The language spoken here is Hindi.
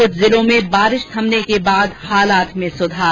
कुछ जिलों में बारिश थमने के बाद हालात में सुधार